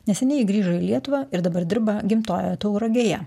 neseniai ji grįžo į lietuvą ir dabar dirba gimtojoje tauragėje